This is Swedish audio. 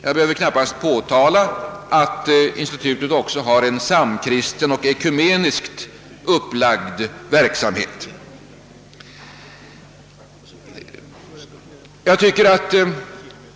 Jag behöver väl knappast omtala att institutet också har en samkristen och ekumeniskt upplagd verksamhet.